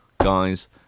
Guys